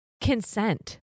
consent